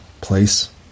place